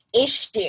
issue